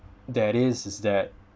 that is is that